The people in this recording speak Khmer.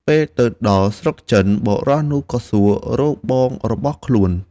អ្នកចាំទ្វារផ្ទះចៅសួបានឃើញបុរសជាប្អូនស្លៀកខោចាស់ដាច់ដាច ក៏មិនជឿថាគាត់ជាប្អូនចៅសួទេ។